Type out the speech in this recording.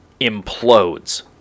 implodes